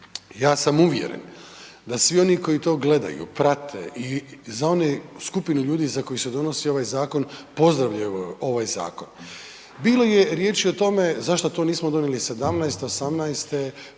Ja sam uvjeren da svi oni koji to gledaju, prate i za one, skupinu ljudi za koje se donosi ovaj zakon, pozdravljaju ovaj zakon. Bilo je riječi o tome zašto to nismo donijeli '17., '18., puno